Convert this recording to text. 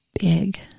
big